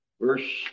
Verse